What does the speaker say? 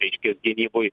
reiškias gynyboj